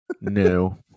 No